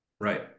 Right